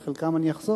על חלקם אני אחזור,